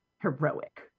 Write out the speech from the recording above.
heroic